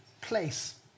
place